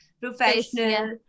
professional